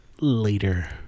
later